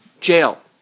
jail